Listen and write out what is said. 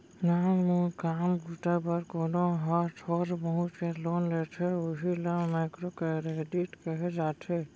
नानमून काम बूता बर कोनो ह थोर बहुत के लोन लेथे उही ल माइक्रो करेडिट कहे जाथे